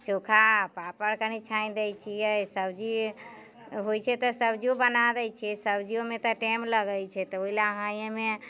चोखा पापड़ कनि छानि दैत छियै सब्जी होइत छै तऽ सब्जियो बना दैत छियै सब्जियोमे तऽ टाइम लगैत छै तऽ ओहि लेल अहाँ एहिमे